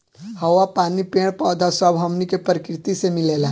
हवा, पानी, पेड़ पौधा सब हमनी के प्रकृति से मिलेला